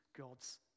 God's